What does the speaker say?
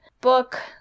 book